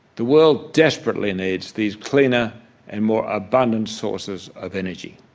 the world desperately needs these cleaner and more abundant sources of energy.